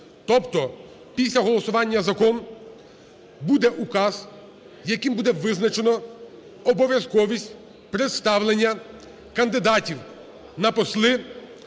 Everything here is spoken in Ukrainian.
Тобто після голосування закону буде указ, яким буде визначено обов'язковість представлення кандидатів на посли